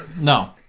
No